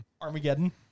Armageddon